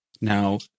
Now